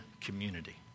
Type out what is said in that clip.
community